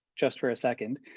just for a second.